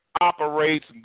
operates